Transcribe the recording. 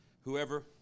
whoever